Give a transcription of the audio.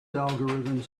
algorithms